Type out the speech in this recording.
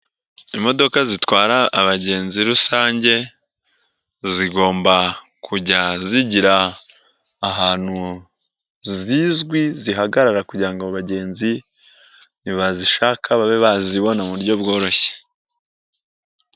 Imodoka zitwara abagenzi rusange, zigomba kujya zigira ahantu zizwi zihagarara kugira ngo abagenzi ntibazishaka babe bazibona mu buryo bworoshye.